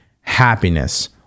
happiness